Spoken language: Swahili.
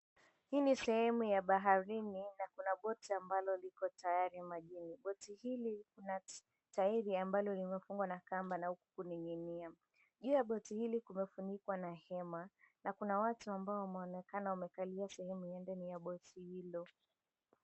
Hii ni sehemu ya baharini na kuna boti ambalo liko tayari majini. Boti hili kuna tairi ambalo limefungwa na kamba na huku kuning'inia. Juu ya boti hili kumefunikwa na hema, na kuna watu ambao wameonekana wamekalia sehemu ya ndani ya boti hilo.